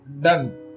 done